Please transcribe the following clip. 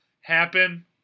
happen